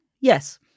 Yes